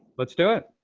lets' do it.